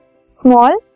small